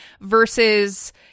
versus